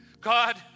God